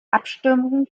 abstimmungen